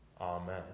Amen